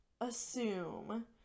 assume